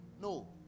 No